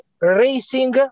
racing